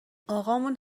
اقامون